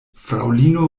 fraŭlino